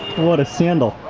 what a sandal.